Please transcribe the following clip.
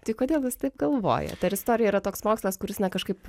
tai kodėl jūs taip galvojat ar istorija yra toks mokslas kuris na kažkaip